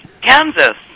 Kansas